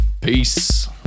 Peace